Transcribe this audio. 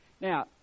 Now